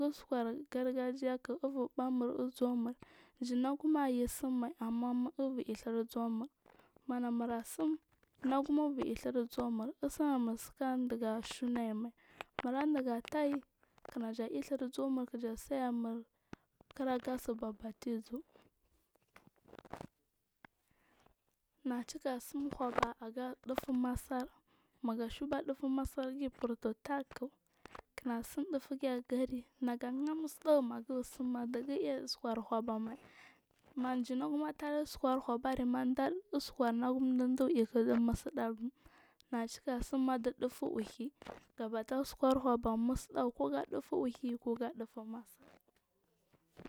Uskur gargajiyak ubu bamur uzamur jinaguma ayisimai amma ubur dhir uzumur maradga taah n air dhur uzumur kija samul kiraga si babbati uzuu mega cika sinu huba aga ɗufu masar massargi furtutak kinaga sim dufugin agari nagaluya musu ɗagu du i uskur uhubamai majinamu ter uskur uhubari andar uskur inaguma da uskuringum din duju ik du mustaghu, naga cika samma di dufu uhi undega dufu uhi ko dufu masar.